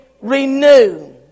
Renew